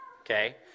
okay